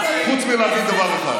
חוץ מלהבין דבר אחד.